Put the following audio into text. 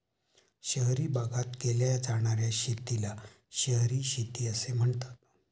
शहरी भागात केल्या जाणार्या शेतीला शहरी शेती असे म्हणतात